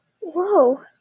Whoa